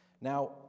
now